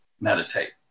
meditate